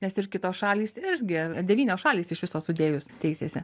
nes ir kitos šalys irgi devynios šalys iš viso sudėjus teisėsi